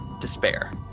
despair